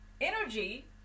energy